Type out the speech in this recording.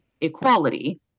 equality